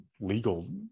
legal